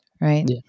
right